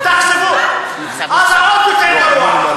אני מכולנו בכלל.